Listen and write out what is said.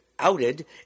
outed